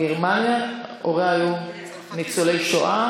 הוריה היו ניצולי שואה